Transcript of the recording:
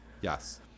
yes